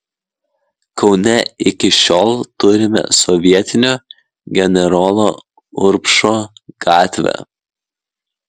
kaune iki šiol turime sovietinio generolo urbšo gatvę